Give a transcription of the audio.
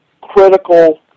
critical